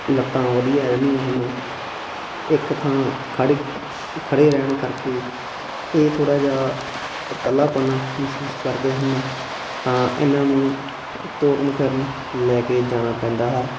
ਲੱਤਾਂ ਵਧੀਆ ਰਹਿੰਦੀਆਂ ਹਨ ਇੱਕ ਥਾਂ ਖੜ੍ਹ ਖੜ੍ਹੇ ਰਹਿਣ ਕਰਕੇ ਇਹ ਥੋੜ੍ਹਾ ਜਿਹਾ ਇਕੱਲਾਪਣ ਮਹਿਸੂਸ ਕਰਦੇ ਹਨ ਤਾਂ ਇਹਨਾਂ ਨੂੰ ਤੋਰਨ ਫਿਰਨ ਲੈ ਕੇ ਜਾਣਾ ਪੈਂਦਾ ਹੈ